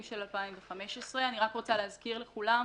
של 2015. אני רק רוצה להזכיר לכולם,